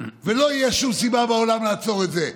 ולא תהיה שום סיבה בעולם לעצור את זה.